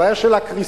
הבעיה של הקריסה,